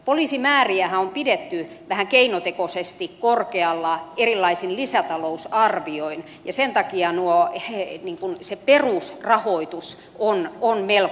poliisimääriähän on pidetty vähän keinotekoisesti korkealla erilaisin lisätalousarvioin ja sen takia se perusrahoitus on melko niukka